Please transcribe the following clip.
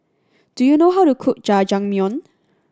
do you know how to cook Jajangmyeon